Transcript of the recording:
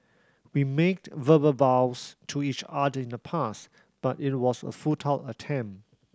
we made verbal vows to each other in the past but it was a futile attempt